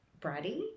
bratty